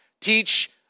teach